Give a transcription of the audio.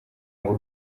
ngo